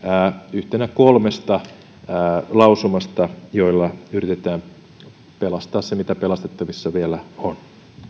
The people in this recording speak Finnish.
yhtenä kolmesta lausumasta joilla yritetään pelastaa se mitä pelastettavissa vielä on